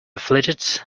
flitted